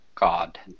God